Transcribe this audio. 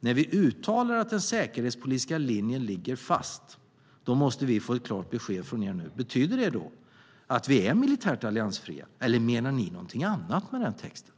När vi uttalar att den säkerhetspolitiska linjen ligger fast måste vi få ett klart besked från er: Betyder det att vi är militärt alliansfria, eller menar ni någonting annat med den texten?